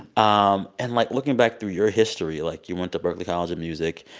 um and, like, looking back through your history, like, you went to berklee college of music.